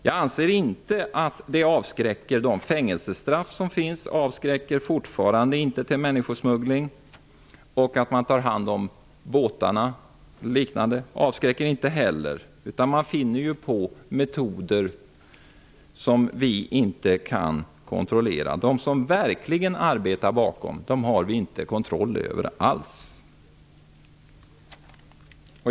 Jag anser inte att de fängelsestraff som finns avskräcker från människosmuggling, och det gör inte heller det faktum att man tar hand om båtarna, utan smugglarna finner på metoder som vi inte kan kontrollera. De som verkligen arbetar bakom den här verksamheten har vi ingen kontroll över alls.